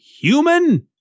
human